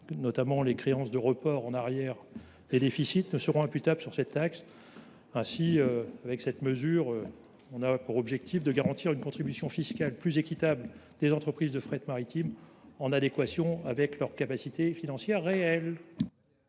comme les reports en arrière des déficits, ne seront imputables. Cette mesure a donc pour objectif de garantir une contribution fiscale plus équitable des entreprises de fret maritime, en adéquation avec leur capacité financière réelle.